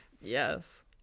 Yes